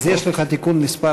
אז יש לך תיקון מס'